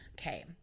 Okay